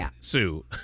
Sue